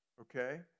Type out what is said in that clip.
Okay